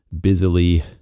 busily